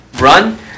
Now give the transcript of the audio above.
run